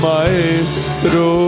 Maestro